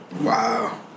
Wow